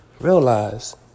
Realize